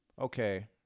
okay